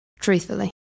truthfully